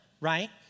right